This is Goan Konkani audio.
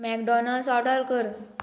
मॅकडॉनल्ड्स ऑर्डर कर